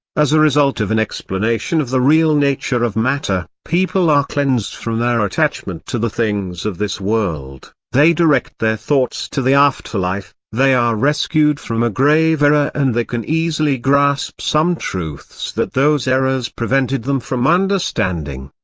as a result of an explanation of the real nature of matter, people are cleansed from their attachment to the things of this world, they direct their thoughts to the afterlife, they are rescued from a grave error ah and they can easily grasp some truths that those errors prevented them from understanding.